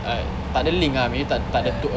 like takde link ah maybe takde